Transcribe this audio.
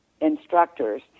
instructors